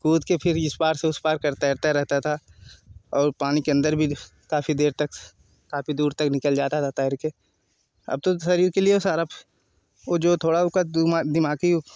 कूद के फिर इस पार से उस पार कर तैरता रहता था और पानी के अंदर भी काफी देर तक काफ़ी दूर तक निकल जाता था तैर के अब तो शरीर के लिए सारा वो जो थोड़ा उसका दिमाग दिमागी